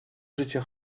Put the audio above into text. życie